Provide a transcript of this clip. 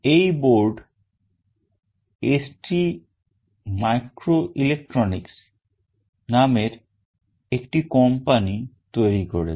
এই board ST microelectronics নামের একটি কোম্পানি তৈরি করেছে